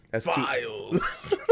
Files